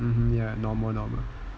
mmhmm ya normal normal